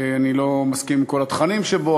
אני לא מסכים עם כל התכנים שבו,